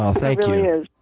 thank you.